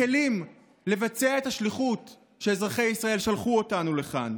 כלים לבצע את השליחות שלשמה אזרחי ישראל שלחו אותנו לכאן.